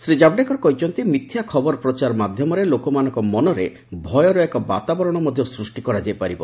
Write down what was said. ଶ୍ରୀ ଜାଭଡେକର କହିଛନ୍ତି ମିଥ୍ୟା ଖବର ପ୍ରଚାର ମାଧ୍ୟମରେ ଲୋକମାନଙ୍କ ମନରେ ଭୟର ଏକ ବାତାବରଣ ମଧ୍ୟ ସୃଷ୍ଟି କରାଯାଇପାରିବ